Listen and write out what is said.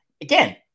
again